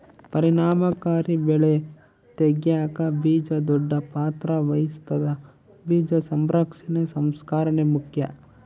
ಪರಿಣಾಮಕಾರಿ ಬೆಳೆ ತೆಗ್ಯಾಕ ಬೀಜ ದೊಡ್ಡ ಪಾತ್ರ ವಹಿಸ್ತದ ಬೀಜ ಸಂರಕ್ಷಣೆ ಸಂಸ್ಕರಣೆ ಮುಖ್ಯ